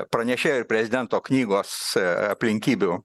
pranešėjo ir prezidento knygos aplinkybių